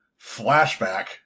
flashback